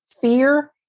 fear